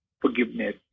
forgiveness